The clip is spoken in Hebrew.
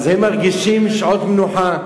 אז הם מרגישים שעות מנוחה,